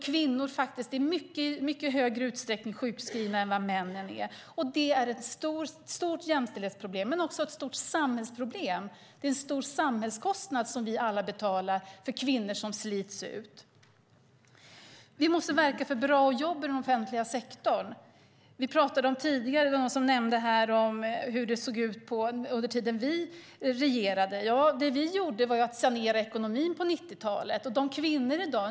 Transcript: Kvinnor är i mycket större utsträckning än män sjukskrivna, och det är inte bara ett stort jämställdhetsproblem utan också ett stort samhällsproblem. Det är en stor samhällskostnad vi alla betalar för kvinnor som slits ut. Vi måste verka för bra jobb i den offentliga sektorn. Det var tidigare någon som nämnde hur det såg ut under tiden vi regerade. Ja, det vi gjorde var att sanera ekonomin på 1990-talet.